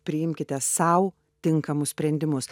priimkite sau tinkamus sprendimus